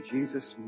Jesus